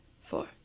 four